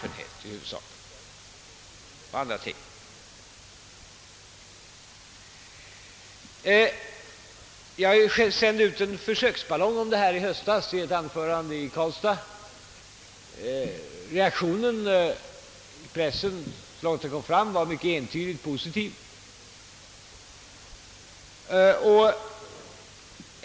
I ett anförande i Karlstad i höstas sände jag upp en försöksballong och förde den här tanken på tal. Reaktionen i pressen var entydigt mycket positiv.